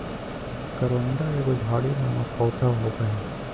करोंदा एगो झाड़ी नुमा पौधा होव हय